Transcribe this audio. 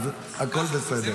הכול בסדר.